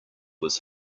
was